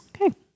Okay